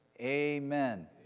Amen